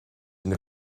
ina